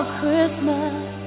Christmas